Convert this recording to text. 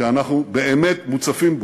שאנחנו באמת מוצפים בו.